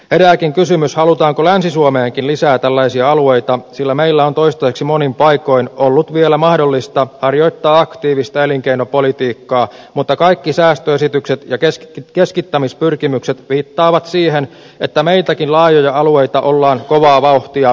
herääkin kysymys halutaanko länsi suomeenkin lisää tällaisia alueita sillä meillä on toistaiseksi monin paikoin ollut vielä mahdollista harjoittaa aktiivista elinkeinopolitiikkaa mutta kaikki säästöesitykset ja keskittämispyrkimykset viittaavat siihen että meiltäkin laajoja alueita ollaan kovaa vauhtia pimentämässä